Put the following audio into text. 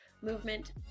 movement